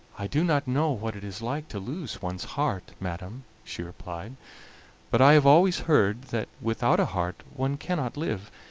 i do not know what it is like to lose one's heart, madam, she replied but i have always heard that without a heart one cannot live,